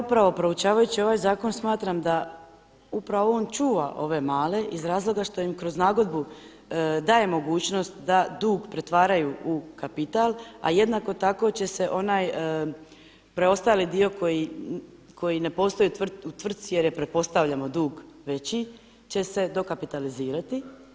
Ja upravo proučavajući ovaj zakon smatram da upravo on čuva ove male iz razloga što im kroz nagodbu daje mogućnost da dug pretvaraju u kapital, a jednako tako će se onaj preostali dio koji ne postoji u tvrci jer je pretpostavljamo dug veći će se dokapitalizirati.